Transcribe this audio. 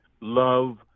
love